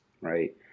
right